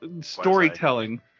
storytelling